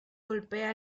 golpea